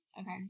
okay